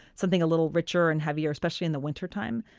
something a little richer and heavier, especially in the wintertime.